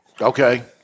Okay